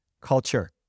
culture